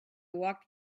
walked